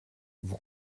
vous